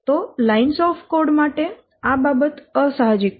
તો lines of code માટે આ બાબત અસાહજિક છે